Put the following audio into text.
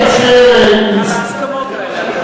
אבל עד אשר, על ההסכמות האלה.